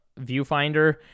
viewfinder